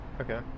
Okay